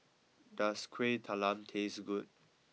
does Kuih Talam taste good